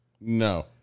No